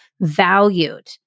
valued